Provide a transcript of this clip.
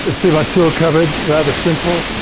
see my tool cupboard, rather simple.